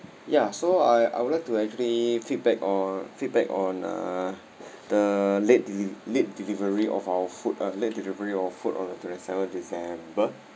ya so I I would like to actually feedback on feedback on uh the late deliver late delivery of our food uh late delivery of food on the twenty seventh december